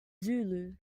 zulu